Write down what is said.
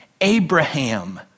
Abraham